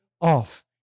off